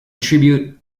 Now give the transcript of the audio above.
tribute